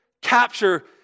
capture